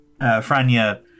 Franya